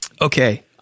Okay